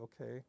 okay